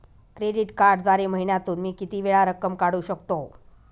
Credit कार्डद्वारे महिन्यातून मी किती वेळा रक्कम काढू शकतो?